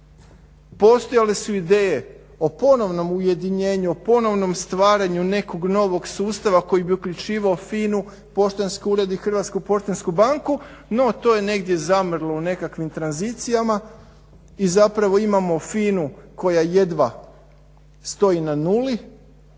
Postojale su ideje o ponovnom ujedinjenju, o ponovnom stvaranju nekog novog sustava koji bi uključivao FINA-u, poštanski ured i Hrvatsku poštansku banku. No, to je negdje zamrlo u nekakvim tranzicijama i zapravo imamo FINA-u koja jedva stoji na nuli.